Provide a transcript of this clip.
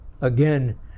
again